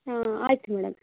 ಹಾಂ ಆಯ್ತು ಮೇಡಂ